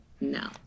no